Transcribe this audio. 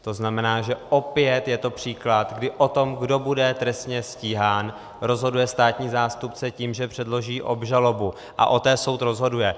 To znamená, opět je to příklad, kdy o tom, kdo bude trestně stíhán, rozhoduje státní zástupce tím, že předloží obžalobu, a o té soud rozhoduje.